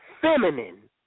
feminine